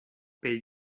pel